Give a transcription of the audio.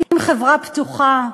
עם חברה פתוחה,